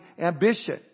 ambition